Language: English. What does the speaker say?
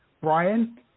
Brian